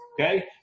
okay